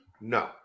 No